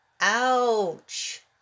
Ouch